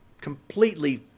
completely